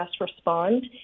respond